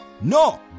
No